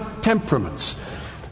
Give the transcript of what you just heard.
temperaments